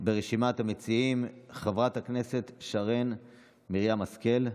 ברשימת המציעים, חברת הכנסת שרן מרים השכל.